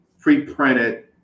pre-printed